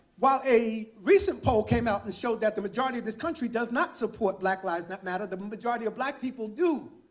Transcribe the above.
while a recent poll came out and showed that the majority of this country does not support black lives matter. the majority of black people do.